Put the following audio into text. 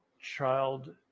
child